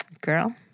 Girl